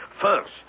First